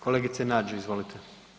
Kolegice Nađ, izvolite.